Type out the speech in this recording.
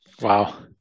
Wow